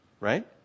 right